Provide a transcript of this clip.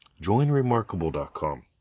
Joinremarkable.com